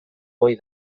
ohi